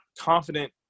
confident